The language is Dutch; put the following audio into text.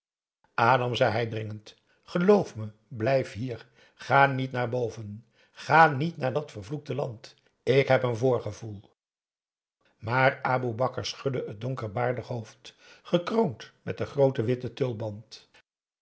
adam zei hij dringend geloof me blijf hier ga niet naar boven ga niet naar dat vervloekte land ik heb een voorgevoel maar aboe bakar schudde het donker baardig hoofd gekroond met den grooten witten tulband